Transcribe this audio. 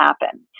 happen